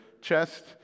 chest